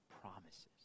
promises